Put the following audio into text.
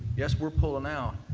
yes, we're pulling out,